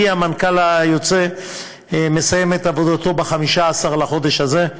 כי המנכ"ל היוצא מסיים את עבודתו ב-15 לחודש הזה,